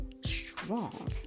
strong